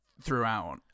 throughout